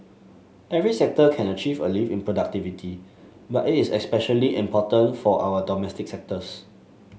every sector can achieve a lift in productivity but it is especially important for our domestic sectors